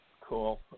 Cool